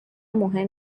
مهم